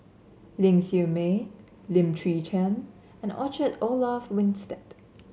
Ling Siew May Lim Chwee Chian and Orchard Olaf Winstedt